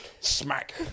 Smack